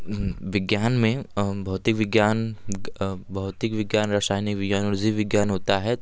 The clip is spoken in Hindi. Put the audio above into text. विज्ञान में भौतिक विज्ञान भौतिक विज्ञान रसायनिक विज्ञान और जीव विज्ञान होता है